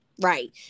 Right